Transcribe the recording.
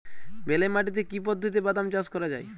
বেলে মাটিতে কি পদ্ধতিতে বাদাম চাষ করা যায়?